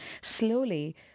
Slowly